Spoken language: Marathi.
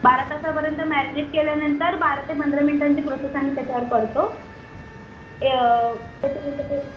बारा तासापर्यंत मॅरीनेट केल्यानंतर बारा ते पंधरा मिनटांची प्रोसेस आम्ही त्याच्यावर करतो त्याच्यानंतर ते